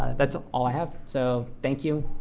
that's all i have. so thank you.